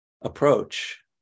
approach